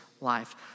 life